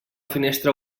finestra